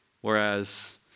whereas